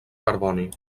carboni